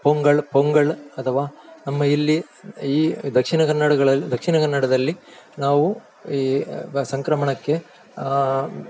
ಪೊಂಗಲ್ ಪೊಂಗಲ್ ಅಥವಾ ನಮ್ಮ ಇಲ್ಲಿ ಈ ದಕ್ಷಿಣ ಕನ್ನಡಗಳಲ್ಲಿ ದಕ್ಷಿಣ ಕನ್ನಡದಲ್ಲಿ ನಾವು ಈ ಬ ಸಂಕ್ರಮಣಕ್ಕೆ